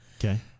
Okay